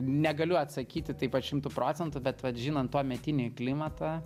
negaliu atsakyti taip pat šimtu procentų bet vat žinant tuometinį klimatą